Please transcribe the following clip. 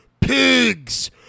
PIGS